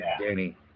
Danny